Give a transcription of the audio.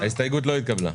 ההסתייגות לא התקבלה.